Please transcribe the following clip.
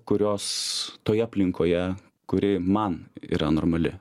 kurios toje aplinkoje kuri man yra normali